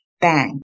Bang